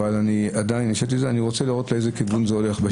אבל השהיתי את זה כי אני רוצה לראות לאיזה כיוון זה הולך.